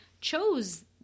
chose